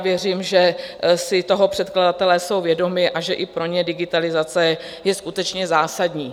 Věřím, že jsou si toho předkladatelé vědomi a že i pro ně je digitalizace skutečně zásadní.